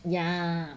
ya